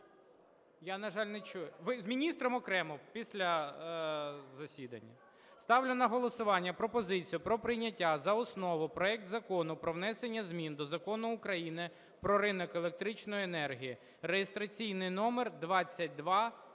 Я, на жаль, не чую. Ви з міністром окремо після засідання. Ставлю на голосування пропозицію про прийняття за основу проект Закону про внесення змін до закону України "Про ринок електричної енергії" (реєстраційний номер 2230).